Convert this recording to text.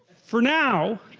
for now